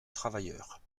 travailleurs